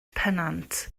pennant